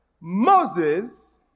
Moses